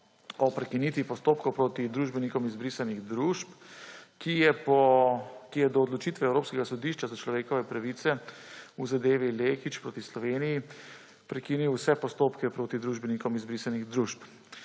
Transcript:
o prekinitvi postopkov proti družbenikom izbrisanih družb, ki je do odločitve Evropskega sodišča za človekove pravice v zadevi Lekić proti Sloveniji prekinil vse postopke proti družbenikom izbrisanih družb.